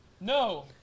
No